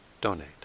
donate